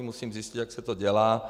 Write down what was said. Musím zjistit, jak se to dělá.